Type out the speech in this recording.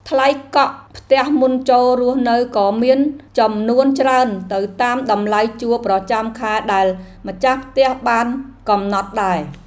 ថ្លៃកក់ផ្ទះមុនចូលរស់នៅក៏មានចំនួនច្រើនទៅតាមតម្លៃជួលប្រចាំខែដែលម្ចាស់ផ្ទះបានកំណត់ដែរ។